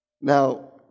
Now